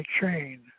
chain